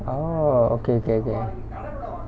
oh okay okay okay